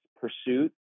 pursuit